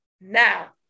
now